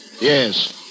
Yes